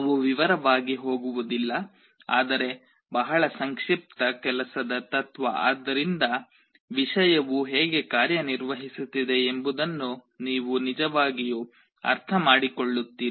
ನಾವು ವಿವರವಾಗಿ ಹೋಗುವುದಿಲ್ಲ ಆದರೆ ಬಹಳ ಸಂಕ್ಷಿಪ್ತ ಕೆಲಸದ ತತ್ವ ಆದ್ದರಿಂದ ವಿಷಯವು ಹೇಗೆ ಕಾರ್ಯನಿರ್ವಹಿಸುತ್ತಿದೆ ಎಂಬುದನ್ನು ನೀವು ನಿಜವಾಗಿಯೂ ಅರ್ಥಮಾಡಿಕೊಳ್ಳುತ್ತೀರಿ